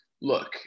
look